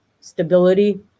stability